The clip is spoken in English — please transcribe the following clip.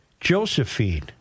Josephine